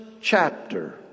chapter